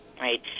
right